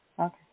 Okay